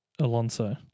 Alonso